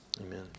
Amen